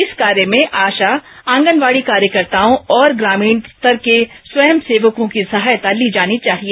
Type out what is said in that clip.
इस कार्य में आशा आंगनबाड़ी कार्यकर्ताओं और ग्रामीण स्ध्तर के स्वयंसेवकों की सहायता ली जानी चाहिए